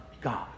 God